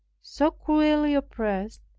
so cruelly oppressed,